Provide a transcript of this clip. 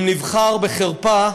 אם נבחר בחרפה,